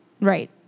Right